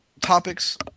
topics